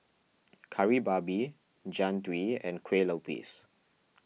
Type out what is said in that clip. Kari Babi Jian Dui and Kueh Lupis